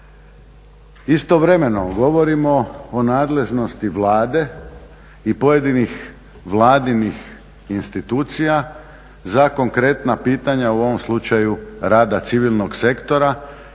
Istovremeno govorimo o nadležnosti Vlade i pojedinih vladinih institucija za konkretna pitanja u ovom slučaju rada civilnog sektora